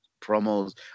promos